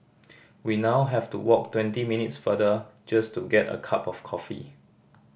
we now have to walk twenty minutes further just to get a cup of coffee